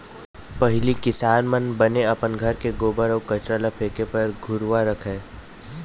पहिली किसान मन बने अपन घर के गोबर अउ कचरा ल फेके बर घुरूवा रखय